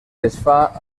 desfà